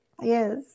Yes